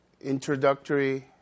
introductory